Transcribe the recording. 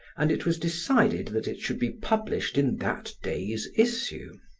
and it was decided that it should be published in that day's issue.